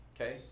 Okay